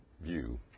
view